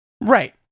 Right